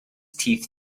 teeth